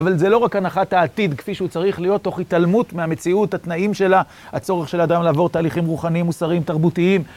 אבל זה לא רק הנחת העתיד, כפי שהוא צריך להיות תוך התעלמות מהמציאות, התנאים שלה, הצורך של אדם לעבור תהליכים רוחניים, מוסריים, תרבותיים.